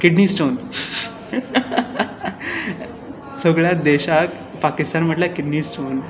kidney stone सगळ्या देशाक पाकिस्तान म्हळ्यार किडनी स्टोन